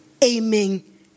aiming